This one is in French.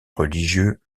religieux